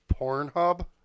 Pornhub